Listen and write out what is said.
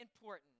important